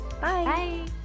Bye